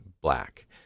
Black